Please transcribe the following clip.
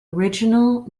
original